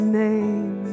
name